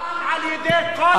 תוחרם על-ידי כל העולם.